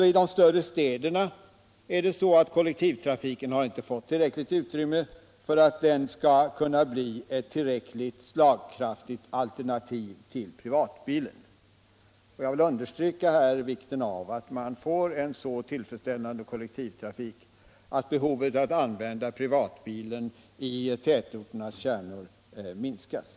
I de större städerna har kollektivtrafiken inte fått tillräckligt utrymme för att kunna bli ett slagkraftigt alternativ till privatbilen. Jag vill understryka vikten av att man får en så tillfredsställande kollektivtrafik att behovet att använda privatbil i tätorternas kärnor minskas.